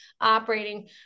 operating